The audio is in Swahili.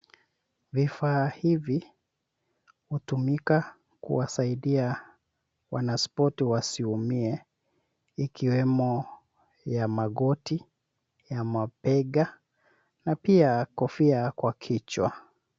Vifaa hivi hutumika kuwasaidia wanaspoti wasiumie ikiwemo ya magoti ya mabega na pia kofia kwa kichwa